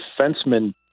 defenseman